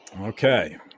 Okay